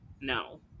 No